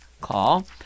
call